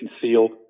concealed